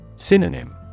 Synonym